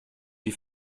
die